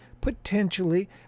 potentially